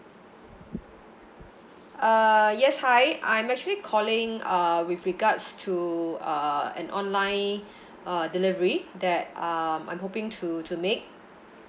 uh yes hi I'm actually calling uh with regards to uh an online uh delivery that um I'm hoping to to make